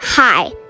Hi